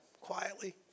quietly